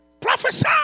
Prophesy